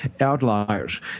outliers